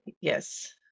Yes